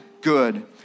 good